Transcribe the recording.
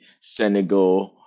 Senegal